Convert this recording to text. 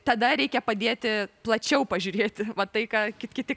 tada reikia padėti plačiau pažiūrėti va tai ką kiti